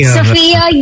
Sophia